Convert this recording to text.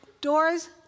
doors